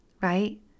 right